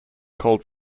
called